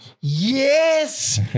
Yes